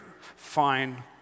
fine